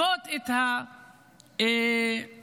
שמרכיבות את הרבדים השונים של הסכסוך